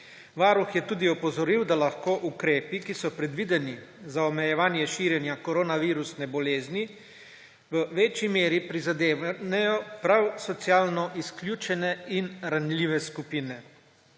Varuh je tudi opozoril, da lahko ukrepi, ki so predvideni za omejevanje širjenja koronavirusne bolezni, v večji meri prizadenejo prav socialno izključene in ranljive skupine.